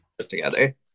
together